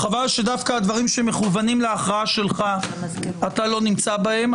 חבל שדווקא הדברים שמכוונים להכרעה שלך אתה לא נמצא בהם.